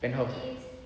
penthouse eh